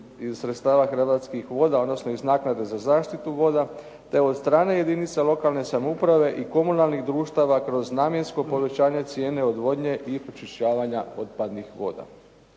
iz sredstava Hrvatskih voda, odnosno iz naknade za zaštitu voda, te od strane jedince lokalne samouprave i komunalnih društava kroz namjensko povećanje cijene odvodnje i pročišćavanja otpadnih voda.